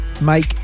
make